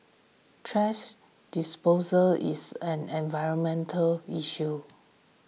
thrash disposal is an environmental issue